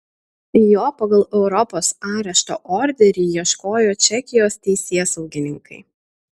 jo pagal europos arešto orderį ieškojo čekijos teisėsaugininkai